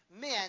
men